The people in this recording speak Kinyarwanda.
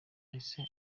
ese